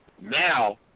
now